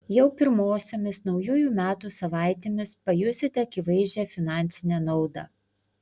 jau pirmosiomis naujųjų metų savaitėmis pajusite akivaizdžią finansinę naudą